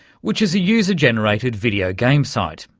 which is a user-generated videogame site.